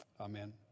Amen